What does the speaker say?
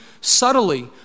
subtly